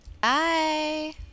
Bye